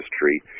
history